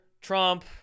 Trump